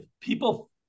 people